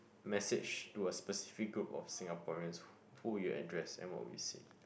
message to a specific group of Singaporeans who you address and what would you say